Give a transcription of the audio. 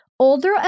Older